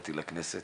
שהגעתי לכנסת,